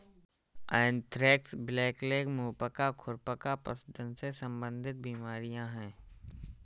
anthrax, blackleg, मुंह पका, खुर पका पशुधन से संबंधित बीमारियां हैं